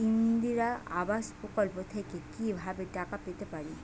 ইন্দিরা আবাস প্রকল্প থেকে কি ভাবে টাকা পেতে পারি?